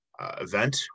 Event